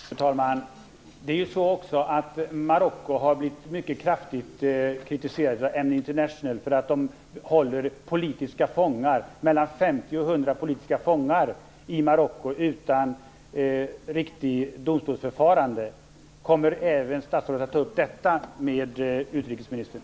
Fru talman! Marocko har blivit mycket kraftigt kritiserat av Amnesty International för att hålla 50 100 personer som politiska fångar i Marocko utan något riktigt domstolsförfarande. Kommer statsrådet att ta upp även detta med utrikesministern?